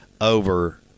over